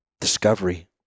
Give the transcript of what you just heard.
Discovery